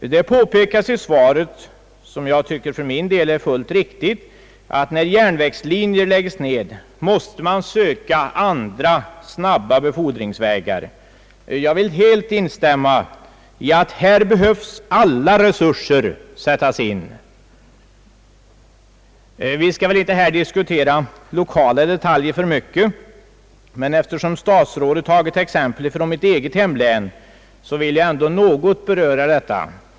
Det påpekas i svaret, som jag tycker fullt riktigt, att när järnvägslinjer lägges ned måste man söka andra, snabba befordringsvägar. Jag vill helt instämma i att här behöver alla resurser sättas in. Vi skall väl här inte diskutera lokala detaljer för mycket, men eftersom statsrådet anfört exempel från mitt eget hemlän vill jag något beröra detta.